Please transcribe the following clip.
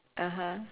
(uh huh)